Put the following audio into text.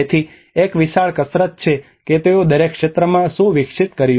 તેથી એક વિશાળ કસરત છે કે તેઓએ દરેક ક્ષેત્રમાં શું વિકસિત કર્યું